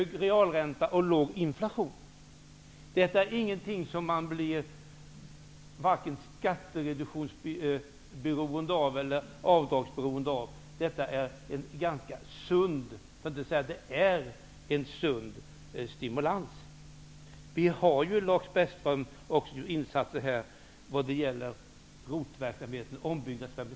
Detta är inget som man blir vare sig skattereduktionsberoende eller avdragsberoende av, utan det är en sund stimulans. Vi har ju, Lars Bäckström, också gjort insatser vad gäller ROT-verksamheten -- ombyggnadsverksamheten.